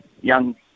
young